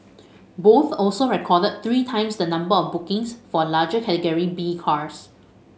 both also recorded three times the number of bookings for larger Category B cars